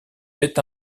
fait